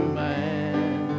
man